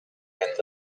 and